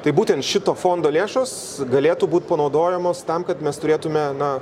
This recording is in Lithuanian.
tai būtent šito fondo lėšos galėtų būt panaudojamos tam kad mes turėtume na